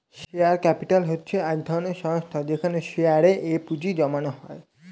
share capital হচ্ছে এক ধরনের সংস্থা যেখানে শেয়ারে এ পুঁজি জমানো হয়